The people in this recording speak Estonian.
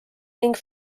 ning